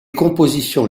compositions